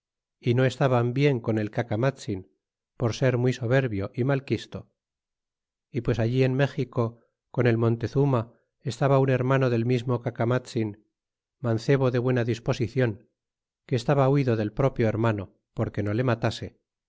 y no estaban bien con el cacámatzin por ser muy soberbio y malquisto y pues allí en méxico con el montezuma estaba un hermano del mismo cacarnatzin mancebo de buena disposicion que estaba huido del proprio hermano porque no le matase